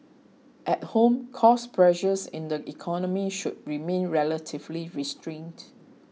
at home cost pressures in the economy should remain relatively restrained